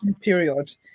period